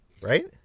Right